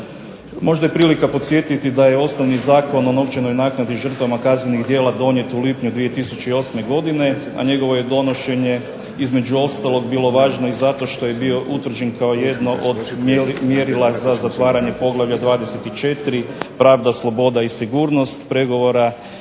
Možda je prilika podsjetiti da je osnovni Zakon o novčanoj naknadi žrtvama kaznenih djela donijet u lipnju 2008. godine, a njegovo je donošenje između ostalog bilo važno i zato što je bio utvrđen kao jedno od mjerila za zatvaranje Poglavlja 24. – Pravda, sloboda i sigurnost pregovora